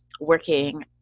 working